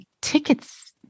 tickets